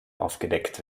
aufgedeckt